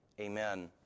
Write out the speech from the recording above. amen